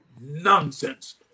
nonsense